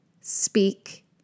speak